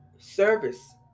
service